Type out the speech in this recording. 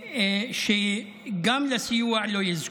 וגם לסיוע לא יזכו.